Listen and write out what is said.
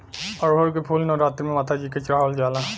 अढ़ऊल क फूल नवरात्री में माता जी के चढ़ावल जाला